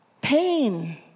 pain